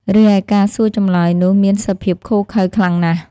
រីឯការសួរចម្លើយនោះមានសភាពឃោរឃៅខ្លាំងណាស់។